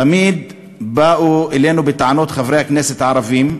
תמיד באו אלינו בטענות, חברי הכנסת הערבים,